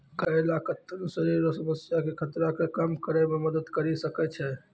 करेला कत्ते ने शरीर रो समस्या के खतरा के कम करै मे मदद करी सकै छै